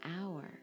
hour